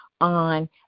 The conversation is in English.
on